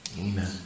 Amen